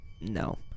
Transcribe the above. No